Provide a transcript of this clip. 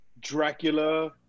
Dracula